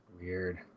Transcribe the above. Weird